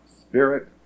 spirit